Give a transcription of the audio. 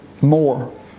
more